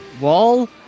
wall